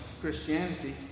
Christianity